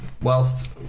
Whilst